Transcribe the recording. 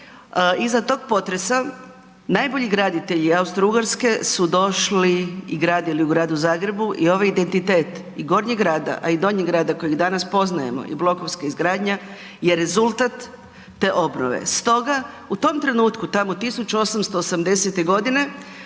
iza tog potresa najbolji graditelji Austro-Ugarske su došli i gradili u Gradu Zagrebu i ovaj identitet i gornjeg grada, a i donjeg grada kojeg danas poznajemo i blokovska izgradnja je rezultat te obnove. Stoga u tom trenutku tamo 1880. godine